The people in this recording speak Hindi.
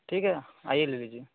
ठीक है आइए ले लीजिए